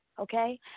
Okay